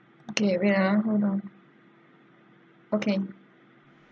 okay wait ah hold on okay